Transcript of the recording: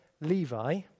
Levi